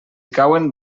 cauen